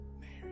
Mary